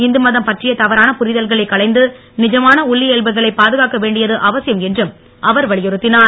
இந்து மதம் பற்றிய தவறான புரிதல்களைக் களைந்து நிஜமான உள்ளியியல்புகளை பாதுகாக்க வேண்டியது அவசியம் என்றும் அவர் வலியுறுத்தினார்